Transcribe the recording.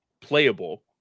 playable